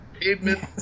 pavement